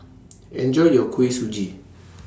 Enjoy your Kuih Suji